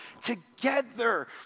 together